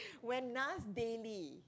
when Nas Daily